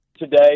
today